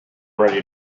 ready